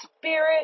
spirit